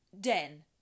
den